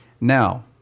now